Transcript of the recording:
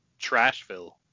Trashville